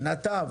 נתב?